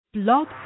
Blog